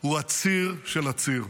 הוא הציר של הציר.